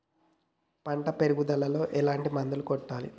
పంట పెరుగుదలలో ఎట్లాంటి మందులను కొట్టాలి?